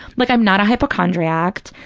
like i'm not a hypochondriac.